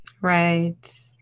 Right